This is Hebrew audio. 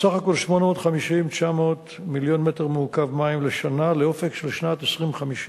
בסך הכול 850 900 מיליון מטר מעוקב מים לשנה לאופק של שנת 2050,